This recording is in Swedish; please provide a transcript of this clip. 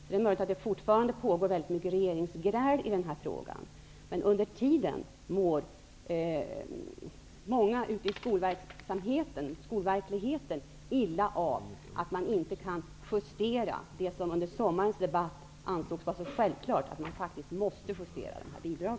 Det är möjligt att det fortfarande pågår många regeringsgräl i den här frågan. Men under tiden mår många i skolverksamheten illa av att man inte kan göra det som under sommarens debatt ansågs vara så självklart, nämligen att justera dessa bidrag.